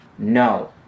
No